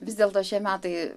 vis dėlto šie metai